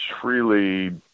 freely